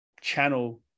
channel